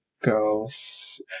girls